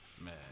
Man